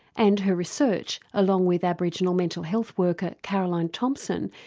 and her research, along with aboriginal mental health worker caroline thompson,